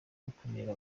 gukumira